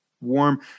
warm